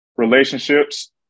relationships